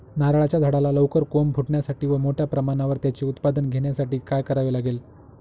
नारळाच्या झाडाला लवकर कोंब फुटण्यासाठी व मोठ्या प्रमाणावर त्याचे उत्पादन घेण्यासाठी काय करावे लागेल?